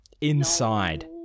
Inside